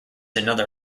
another